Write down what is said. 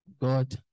God